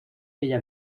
bella